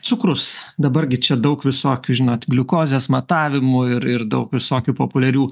cukrus dabar gi čia daug visokių žinot gliukozės matavimų ir ir daug visokių populiarių